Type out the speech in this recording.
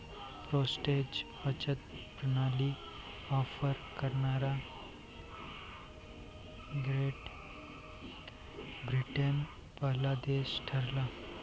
postage बचत प्रणाली offer करणारा ग्रेट ब्रिटन पहिला देश ठरला